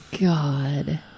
god